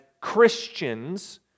Christians